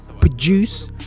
produce